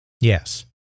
Yes